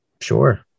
Sure